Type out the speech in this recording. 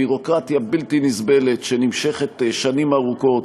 ביורוקרטיה בלתי נסבלת שנמשכת שנים ארוכות.